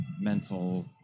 mental